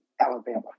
Alabama